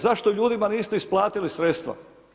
Zašto ljudima niste isplatili sredstva?